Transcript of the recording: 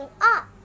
up